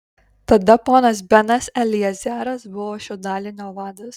tada ponas benas eliezeras buvo šio dalinio vadas